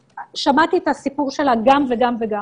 שמעתי את הסיפור של הגם וגם וגם.